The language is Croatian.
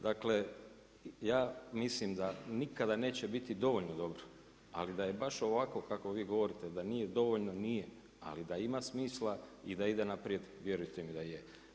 Dakle ja mislim da nikada neće biti dovoljno dobro ali da je baš ovako kako vi govorite da nije dovoljno nije, ali da ima smisla i da ide naprijed vjerujte mi da je.